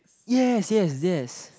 yes yes yes